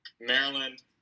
Maryland